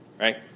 Right